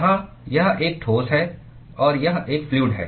यहाँ यह एक ठोस है और यह एक फ्लूअड है